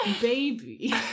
Baby